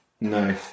No